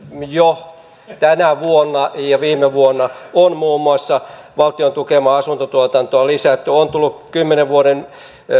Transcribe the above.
jo tänä vuonna ja viime vuonna on muun muassa valtion tukemaa asuntotuotantoa lisätty on tullut kymmenen vuoden